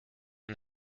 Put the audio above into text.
and